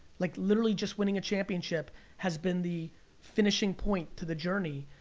like, literally, just winning a championship has been the finishing point to the journey.